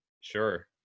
sure